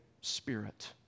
spirit